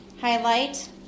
highlight